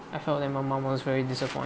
I felt that my mum was very disappointed